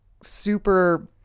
super